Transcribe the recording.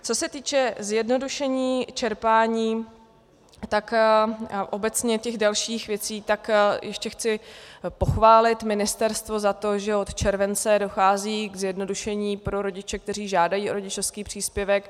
Co se týče zjednodušení čerpání obecně těch dalších věcí, tak ještě chci pochválit ministerstvo za to, že od července dochází k zjednodušení pro rodiče, kteří žádají o rodičovský příspěvek.